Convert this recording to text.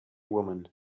woman